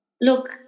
Look